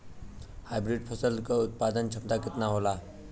Hybrid फसल क उत्पादन क्षमता केतना होला?